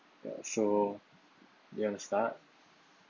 uh so you wanna start